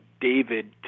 David